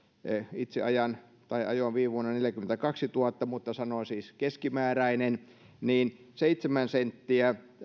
itse ajoin viime vuonna neljäkymmentäkaksituhatta mutta sanoin siis keskimääräinen niin seitsemän senttiä